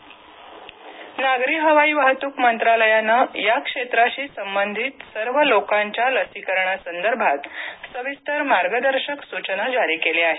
हवाई वाहतूक नागरी हवाई वाहतूक मंत्रालयानं या क्षेत्राशी संबंधित सर्व लोकांच्या लसीकरणासंदर्भात सविस्तर मार्गदर्शक सूचना जारी केल्या आहेत